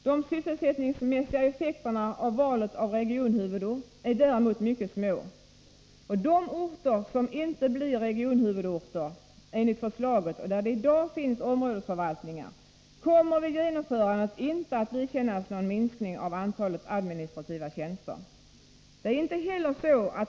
De sysselsättningsmässiga effekterna av valet av regionhuvudort är däremot mycket små. De orter som inte blir regionhuvudorter enligt förslaget och där det i dag finns områdesförvaltningar kommer vid genomförande inte att vidkännas någon minskning av antalet administrativa tjänster.